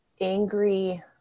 angry